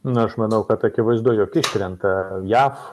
na aš manau kad akivaizdu jog iškrenta jav